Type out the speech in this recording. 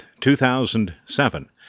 2007